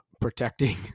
protecting